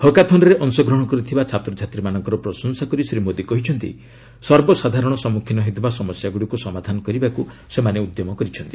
ହାକାଥନ୍ରେ ଅଂଶଗ୍ରହଣ କରିଥିବା ଛାତ୍ରଛାତ୍ରୀମାନଙ୍କର ପ୍ରଶଂସା କରି ଶ୍ରୀ ମୋଦି କହିଛନ୍ତି ସର୍ବସାଧାରଣ ସମ୍ମୁଖୀନ ହେଉଥିବା ସମସ୍ୟାଗୁଡ଼ିକୁ ସମାଧାନ କରିବକୁ ସେମାନେ ଉଦ୍ୟମ କରିଛନ୍ତି